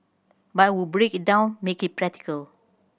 but I would break it down make it practical